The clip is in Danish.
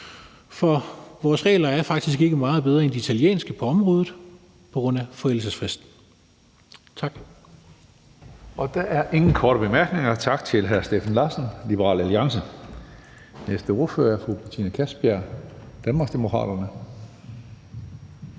for vores regler er faktisk ikke meget bedre end de italienske på området på grund af forældelsesfristen. Tak. Kl. 16:36 Tredje næstformand (Karsten Hønge): Der er ingen korte bemærkninger. Tak til hr. Steffen Larsen, Liberal Alliance. Næste ordfører er fru Betina Kastbjerg, Danmarksdemokraterne.